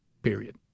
Period